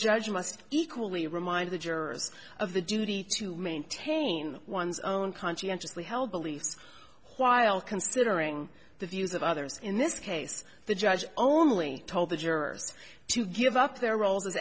judge must equally remind the jurors of the duty to maintain one's own conscientiously held beliefs while considering the views of others in this case the judge only told the jurors to give up their rol